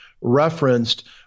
referenced